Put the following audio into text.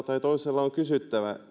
tai toisella on kysyttävä